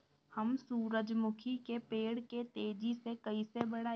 हम सुरुजमुखी के पेड़ के तेजी से कईसे बढ़ाई?